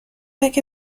اگه